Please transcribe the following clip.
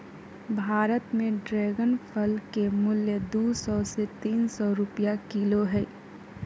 भारत में ड्रेगन फल के मूल्य दू सौ से तीन सौ रुपया किलो हइ